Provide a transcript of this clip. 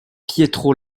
pietro